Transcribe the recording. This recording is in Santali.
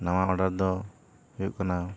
ᱱᱟᱣᱟ ᱳᱰᱟᱨ ᱫᱚ ᱦᱩᱭᱩᱜ ᱠᱟᱱᱟ